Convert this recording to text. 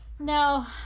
No